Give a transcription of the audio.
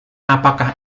apakah